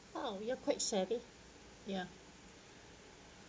oh you're quite savvy ya